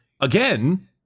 again